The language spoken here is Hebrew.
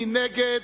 מי נגד?